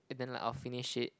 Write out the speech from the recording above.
and then I'll like finish it